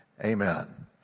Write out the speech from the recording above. Amen